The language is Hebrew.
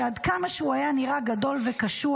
שעד כמה שהוא היה נראה גדול וקשוח,